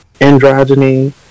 androgyny